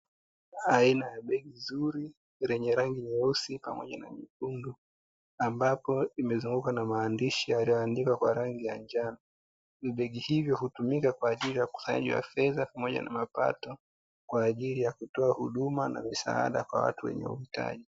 Aina ya begi zuri lenye rangi nyeusi pamoja na nyekundu ambapo limezungukwa na maandishi, yaliyoandikwa kwa rangi ya njano. Begi hilo hutumika kwa ajili ya ukusanyaji fedha pamoja na mapato kwa ajili ya kutoa huduma na msaada kwa watu wenye uhitaji.